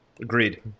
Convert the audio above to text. Agreed